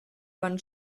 van